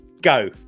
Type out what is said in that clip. Go